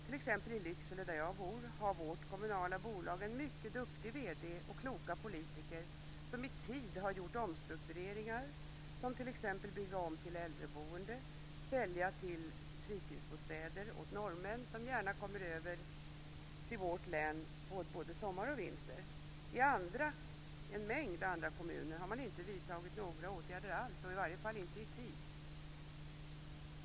I Lycksele, där jag bor, har vårt kommunala bolag en mycket duktig vd, och där finns kloka politiker som i tid har gjort omstruktureringar, t.ex. genom att bygga om till äldreboende och sälja fritidsbostäder till norrmän som gärna kommer över till vårt län både sommar och vinter. I en mängd andra kommuner har man inte vidtagit några åtgärder alls, i varje fall inte i tid.